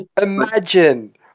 imagine